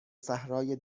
صحرای